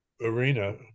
arena